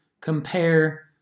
compare